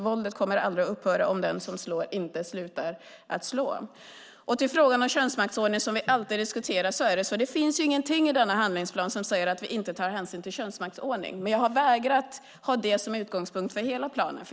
Våldet kommer aldrig att upphöra om den som slår inte slutar att slå. Låt mig sedan gå över till frågan om könsmaktsordningen som vi alltid diskuterar. Det finns ingenting i denna handlingsplan som säger att vi inte tar hänsyn till könsmaktsordningen, men jag har vägrat att ha det som utgångspunkt för hela planen.